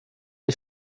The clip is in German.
die